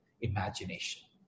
imagination